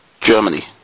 Germany